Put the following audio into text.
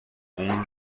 اون